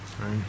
right